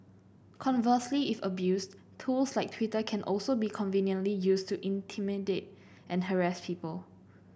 conversely if abused tools like Twitter can also be conveniently used to intimidate and harass people